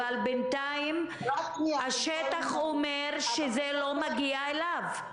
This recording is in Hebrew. אבל בינתיים השטח אומר שזה לא מגיע אליו.